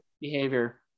behavior